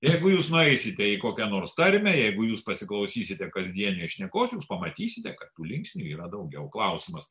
jeigu jūs nueisite į kokią nors tarmę jeigu jūs pasiklausysite kasdienės šnekos jūs pamatysite kad tų linksnių yra daugiau klausimas